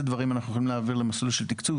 דברים אנחנו יכולים להעביר למסלול של תקצוב,